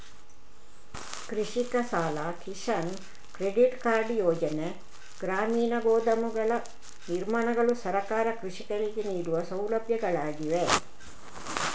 ಕೃಷಿಕ ಸಾಲ, Kisan credit card ಯೋಜನೆ, ಗ್ರಾಮೀಣ ಗೋದಾಮುಗಳ ನಿರ್ಮಾಣಗಳು ಸರ್ಕಾರ ಕೃಷಿಕರಿಗೆ ನೀಡುವ ಸೌಲಭ್ಯಗಳಾಗಿವೆ